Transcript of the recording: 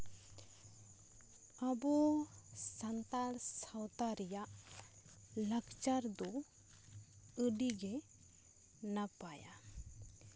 ᱟᱵᱚ ᱥᱟᱱᱛᱟᱲ ᱥᱟᱶᱛᱟ ᱨᱮᱭᱟᱜ ᱞᱟᱠᱪᱟᱨ ᱫᱚ ᱟᱹᱰᱤᱜᱮ ᱱᱟᱯᱟᱭᱟ